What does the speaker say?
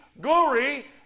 glory